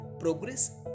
progress